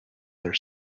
their